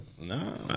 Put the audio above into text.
No